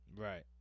Right